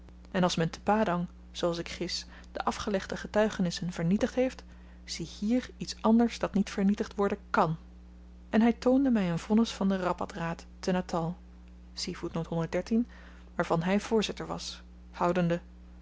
en als men te padang zooals ik gis de afgelegde getuigenissen vernietigd heeft ziehier iets anders dat niet vernietigd worden kan en hy toonde my een vonnis van den rappat raad te natal waarvan hy voorzitter was houdende